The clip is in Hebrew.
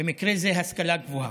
במקרה זה השכלה גבוהה.